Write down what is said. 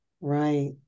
Right